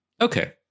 Okay